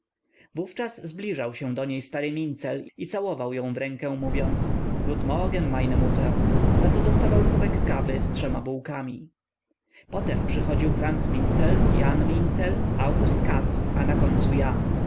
wówczas zbliżał się do niej stary mincel i całował ją w rękę mówiąc gut morgen meine mutter zaco dostawał kubek kawy z trzema bułkami potem przychodził franc mincel jan mincel august katz a na końcu ja